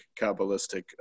Kabbalistic